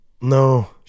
No